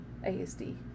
asd